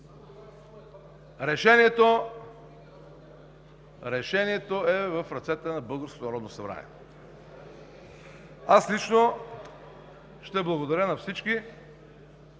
решението е в ръцете на българското Народно събрание. Лично аз ще благодаря на всички